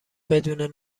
بدون